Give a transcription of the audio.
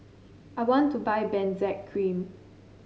I want to buy Benzac Cream